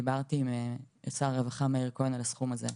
דיברתי עם שר הרווחה, מר מאיר כהן על הסכום הזה.